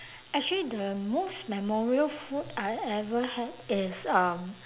actually the most memorial food I ever had is um